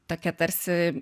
tokia tarsi